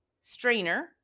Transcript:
strainer